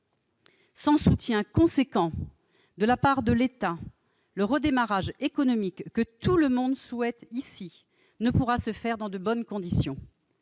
Sans soutien important de la part de l'État, le redémarrage économique que tout le monde souhaite ici ne pourra s'effectuer dans de bonnes conditions.